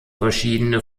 verschiedene